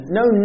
no